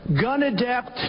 gun-adept